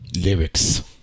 Lyrics